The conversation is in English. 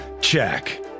check